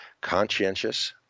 conscientious